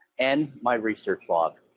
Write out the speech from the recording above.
and my research log.